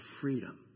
freedom